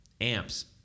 amps